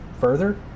further